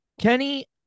Kenny